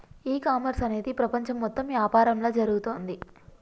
ఈ కామర్స్ అనేది ప్రపంచం మొత్తం యాపారంలా జరుగుతోంది